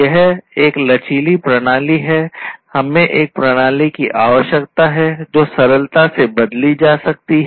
यह एक लचीली प्रणाली है हमें एक प्रणाली की आवश्यकता है जो सरलता से बदली जा सकती है